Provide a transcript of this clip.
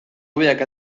hobeak